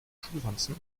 schulranzen